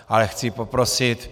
Ale chci poprosit.